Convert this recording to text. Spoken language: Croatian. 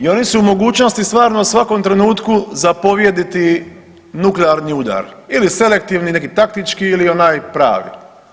I oni su u mogućnosti stvarno u svakom trenutku zapovjediti nuklearni udar ili selektivni neki taktički ili onaj pravi.